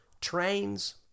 trains